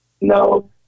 No